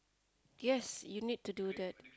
yes you need to do that